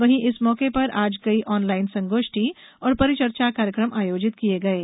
वहीं इस मौके पर आज कई ऑनलाइन संगोष्ठी और परिचर्चा कार्यक्रम आयोजित किये गये